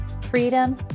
freedom